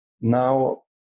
now